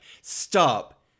stop